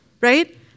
Right